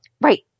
Right